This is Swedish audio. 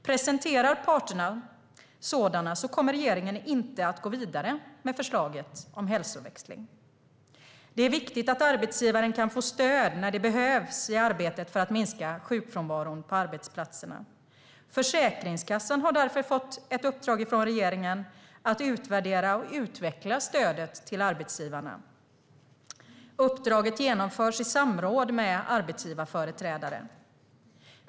Presenterar parterna sådana kommer regeringen inte att gå vidare med förslaget om hälsoväxling. Det är viktigt att arbetsgivaren kan få stöd när det behövs i arbetet att minska sjukfrånvaron på arbetsplatserna. Försäkringskassan har därför fått ett uppdrag från regeringen att utvärdera och utveckla stödet till arbetsgivarna. Uppdraget genomförs i samråd med arbetsgivarföreträdare.